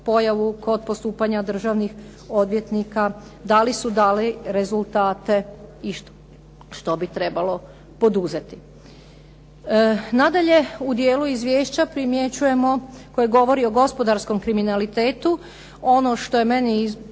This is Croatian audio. pojavu kod postupanja državnih odvjetnika, da li su dali rezultate i što bi trebalo poduzeti. Nadalje, u dijelu izvješća primjećujemo, koji govori o gospodarskom kriminalitetu, ono što je meni posebno